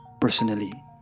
personally